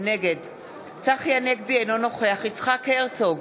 נגד צחי הנגבי, אינו נוכח יצחק הרצוג,